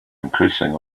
increasing